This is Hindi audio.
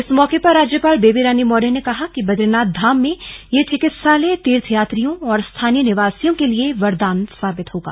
इस मौके पर राज्यपाल बेबी रानी मौर्य ने कहा कि बद्रीनाथ धाम में यह चिकित्सालय तीर्थयात्रियों और स्थानीय निवासियों के लिए वरदान साबित होगा